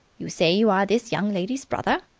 you say you are this young lady's brother?